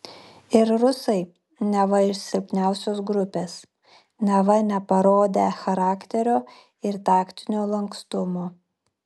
ir rusai neva iš silpniausios grupės neva neparodę charakterio ir taktinio lankstumo